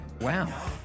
Wow